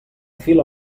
fila